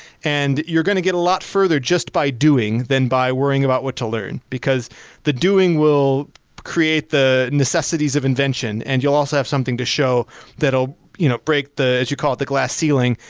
and you're going to get a lot further just by doing than by worrying about what to learn, because the doing will create the necessities of invention and you'll also have something to show that will you know break the as you call it, the glass ceiling,